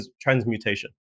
transmutation